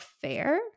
fair